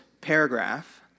paragraph